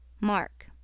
mark